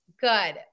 Good